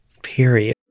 Period